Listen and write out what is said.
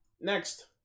Next